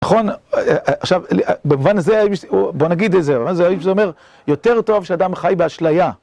נכון, עכשיו, במובן הזה, בוא נגיד איזה, זה אומר, יותר טוב שאדם חי באשליה.